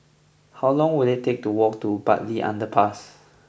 how long will it take to walk to Bartley Underpass